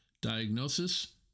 Diagnosis